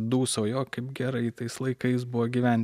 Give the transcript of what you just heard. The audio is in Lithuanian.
dūsauja o kaip gerai tais laikais buvo gyventi